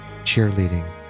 cheerleading